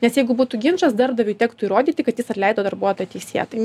nes jeigu būtų ginčas darbdaviui tektų įrodyti kad jis atleido darbuotoją teisėtai